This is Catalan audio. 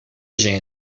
gent